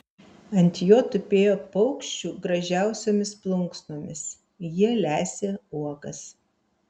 ant jo tupėjo paukščių gražiausiomis plunksnomis jie lesė uogas